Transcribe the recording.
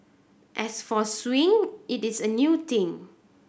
as for suing it is a new thing